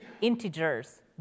integers